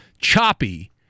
choppy